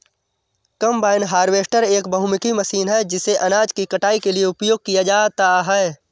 combine harvester एक बहुमुखी machine है जिसे अनाज की कटाई के लिए उपयोग किया जाता है